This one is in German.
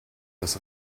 das